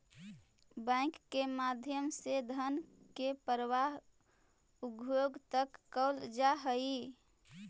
bank के माध्यम से धन के प्रवाह उद्योग तक कैल जा हइ